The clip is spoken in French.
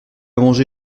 mangé